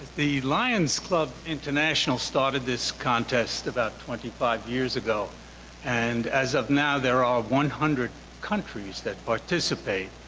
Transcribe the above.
the lions club international started this contest about twenty five years ago and as of now there are one hundred countries that participate.